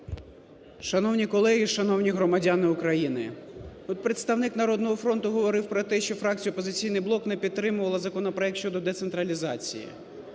Шановні колеги, шановні громадяни України! Тут представник "Народний фронт" говорив про те, що фракція "Опозиційний блок" не підтримувала законопроект щодо децентралізації.